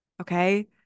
okay